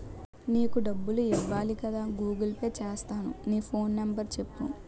నీకు డబ్బులు ఇవ్వాలి కదా గూగుల్ పే సేత్తాను నీ ఫోన్ నెంబర్ సెప్పు